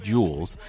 Jewels